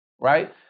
right